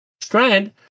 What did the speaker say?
strand